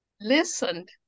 listened